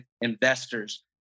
investors